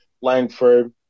Langford